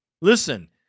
Listen